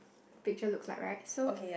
picture looks like right so